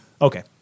Okay